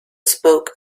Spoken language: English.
spoke